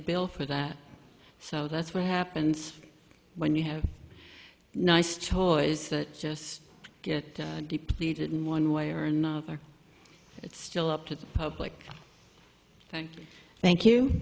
the bill for that so that's what happens when you have a nice choice that just get depleted in one way or another it's still up to the public thank you thank you